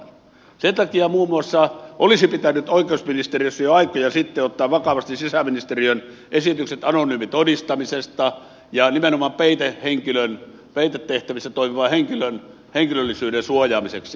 sen takia olisi muun muassa pitänyt oikeusministeriössä jo aikoja sitten ottaa vakavasti sisäministeriön esitykset anonyymitodistamisesta nimenomaan peitetehtävissä toimivan henkilön henkilöllisyyden suojaamiseksi